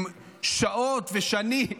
אם שעות ושנים,